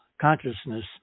consciousness